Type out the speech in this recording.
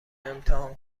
امتحان